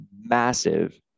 massive